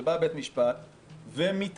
שבא בית המשפט ומתערב,